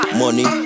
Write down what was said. money